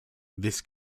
this